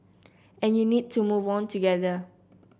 and you need to move together